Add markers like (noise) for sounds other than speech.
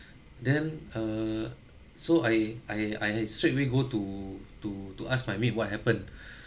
then err so I I I straightaway go to to to ask my maid what happened (breath)